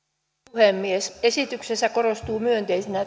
puhemies esityksessä korostuvat myönteisinä